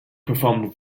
performed